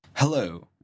Hello